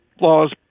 laws